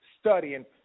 studying